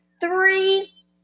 three